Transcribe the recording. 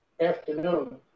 afternoon